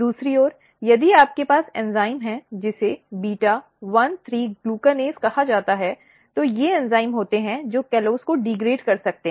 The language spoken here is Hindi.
दूसरी ओर यदि आपके पास एंजाइम है जिसे बीटा 13 ग्लूकेनेसbeta 13 glucanase कहा जाता है तो ये एंजाइम होते हैं जो कॉलोस को डिग्रेड कर सकते हैं